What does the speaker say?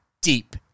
deep